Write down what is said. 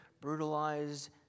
brutalized